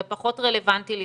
זה פחות רלוונטי לי,